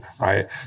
right